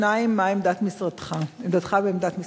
2. מה היא עמדתך ועמדת משרדך?